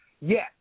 Yes